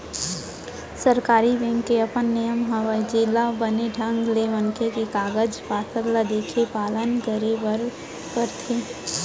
सरकारी बेंक के अपन नियम हवय जेला बने ढंग ले मनसे के कागज पातर ल देखके पालन करे बरे बर परथे